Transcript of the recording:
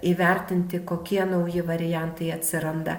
įvertinti kokie nauji variantai atsiranda